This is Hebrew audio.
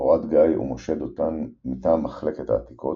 אורד גיא ומשה דותן מטעם מחלקת העתיקות,